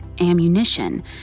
ammunition